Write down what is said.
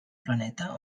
planeta